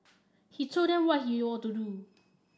he told them what they ought to do